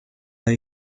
های